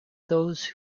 those